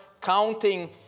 counting